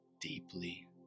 deeply